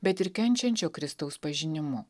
bet ir kenčiančio kristaus pažinimu